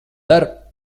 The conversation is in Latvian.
dara